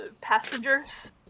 passengers